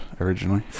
originally